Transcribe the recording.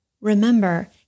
Remember